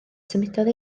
symudodd